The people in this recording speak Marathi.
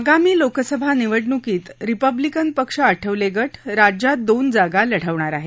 आगामी लोकसभा निवडणूकीत रिपब्लिकन पक्ष आठवले गट राज्यात दोन जागा लढविणार आहे